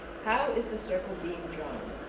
how is the circle being drawn?